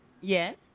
Yes